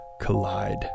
collide